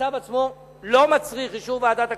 הצו עצמו לא מצריך אישור ועדת הכספים.